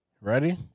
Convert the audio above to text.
Ready